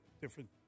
different